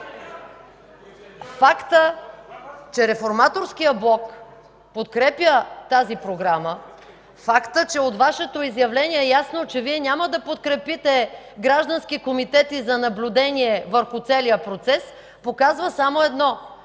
Фактът, че Реформаторският блок подкрепя тази програма, фактът, че от Вашето изявление е ясно, че Вие няма да подкрепите граждански комитети за наблюдение върху целия процес, показва само едно,